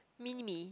mini me